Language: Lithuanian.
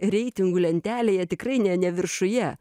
reitingų lentelėje tikrai ne ne viršuje